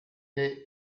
est